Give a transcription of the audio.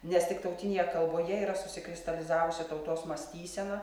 nes tik tautinėje kalboje yra susikristalizavusi tautos mąstysena